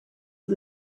die